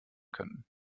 könnten